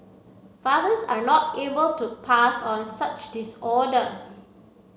fathers are not able to pass on such disorders